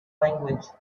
language